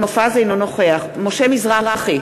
אינו נוכח משה מזרחי,